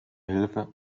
hilfe